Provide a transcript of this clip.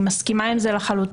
אני לחלוטין מסכימה עם זה.